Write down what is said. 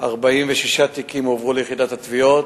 46 תיקים הועברו ליחידת התביעות,